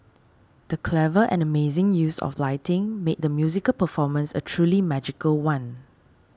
the clever and amazing use of lighting made the musical performance a truly magical one